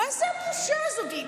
מה זה הבושה הזאת?